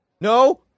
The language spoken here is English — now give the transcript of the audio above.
no